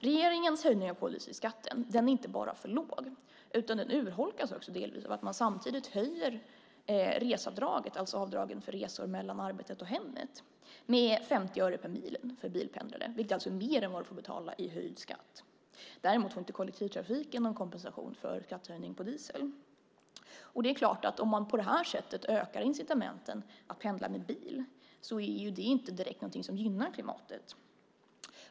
Regeringens höjning av koldioxidskatten är inte bara för låg, utan den urholkas också delvis av att man samtidigt höjer avdragen för resor mellan arbetet och hemmet med 50 öre per mil för bilpendlare, vilket alltså är mer än vad de får betala i höjd skatt. Däremot får inte kollektivtrafiken någon kompensation för skattehöjningen på diesel. Det är klart att om man på det här sättet ökar incitamenten för att pendla med bil är det inte direkt någonting som gynnar klimatet.